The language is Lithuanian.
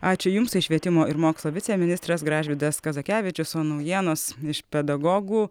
ačiū jums tai švietimo ir mokslo viceministras gražvydas kazakevičius o naujienos iš pedagogų